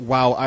Wow